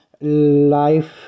life